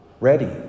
ready